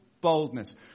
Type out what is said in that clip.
boldness